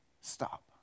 stop